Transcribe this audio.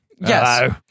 Yes